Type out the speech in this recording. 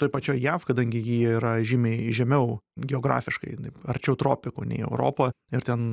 toj pačioj jav kadangi ji yra žymiai žemiau geografiškai jinai arčiau tropikų nei europa ir ten